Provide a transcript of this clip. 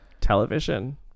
television